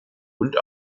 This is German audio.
und